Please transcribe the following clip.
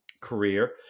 career